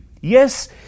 yes